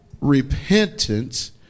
Repentance